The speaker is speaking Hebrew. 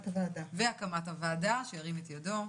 והקמת הוועדה שירים את ידו.